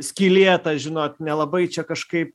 skylėtas žinot nelabai čia kažkaip